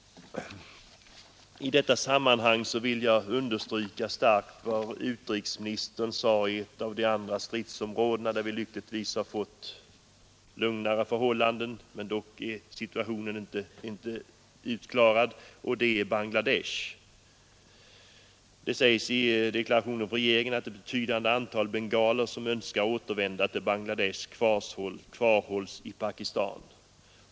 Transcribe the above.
I detta sammanhang vill jag starkt understryka vad utrikesministern sade om ett av de andra stridsområdena, där vi lyckligtvis har fått lugnare förhållanden men där situationen inte är uppklarad, nämligen Bangladesh. Det sägs i regeringens deklaration att ett betydande antal bengaler, som önskar återvända till Bangladesh, kvarhålls i Pakistan.